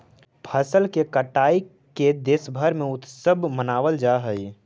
फसल के कटाई के देशभर में उत्सव मनावल जा हइ